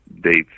dates